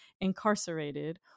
incarcerated